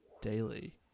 daily